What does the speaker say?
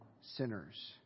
sinners